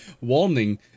Warning